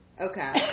Okay